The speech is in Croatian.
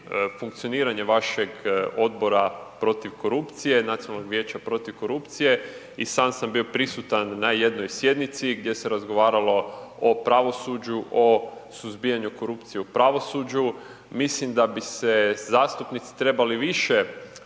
funkcioniranje vašeg Odbora protiv korupcije, Nacionalnog vijeća protiv korupcije i sam sam bio prisutan na jednoj sjednici gdje se razgovaralo o pravosuđu, o suzbijanju korupcije u pravosuđu, mislim da bi se zastupnici trebali više,